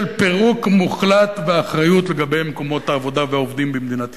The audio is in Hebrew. של פירוק מוחלט מאחריות לגבי מקומות העבודה והעובדים במדינת ישראל.